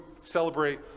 celebrate